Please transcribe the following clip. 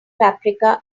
paprika